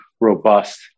robust